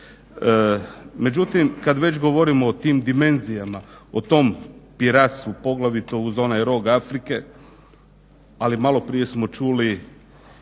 Međutim kada već govorimo o tim dimenzijama o tom piratstvu poglavito uz onaj rog Afrike ali malo prije smo čuli